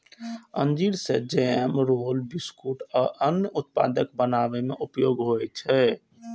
अंजीर सं jam, roll, biscuit आ अन्य उत्पाद बनाबै मे उपयोग होइ छै